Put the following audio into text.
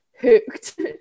hooked